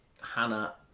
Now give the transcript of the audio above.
Hannah